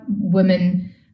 women